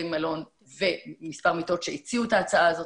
מלון עם מספר מיטות שהציעו את ההצעה הזאת,